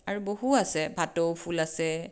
আৰু বহু আছে ভাটৌ ফুল আছে